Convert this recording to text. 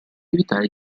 evitare